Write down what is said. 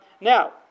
Now